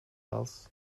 alls